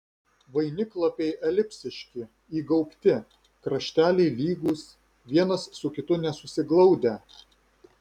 vainiklapiai elipsiški įgaubti krašteliai lygūs vienas su kitu nesusiglaudę